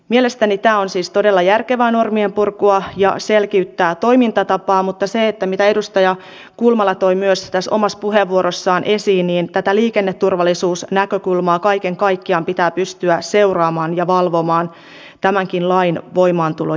mielestäni tämä on siis todella järkevää normien purkua ja selkiyttää toimintatapaa mutta niin kuin edustaja kulmala toi myös omassa puheenvuorossaan esiin liikenneturvallisuusnäkökulmaa kaiken kaikkiaan pitää pystyä seuraamaan ja valvomaan tämänkin lain voimaantulon jälkeen